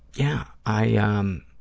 yeah, i, ah um